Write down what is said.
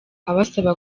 abasaba